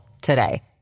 today